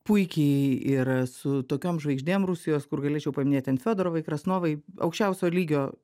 puikiai ir su tokiom žvaigždėm rusijos kur galėčiau paminėt ten fiodorovai krasnovai aukščiausio lygio